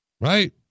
Right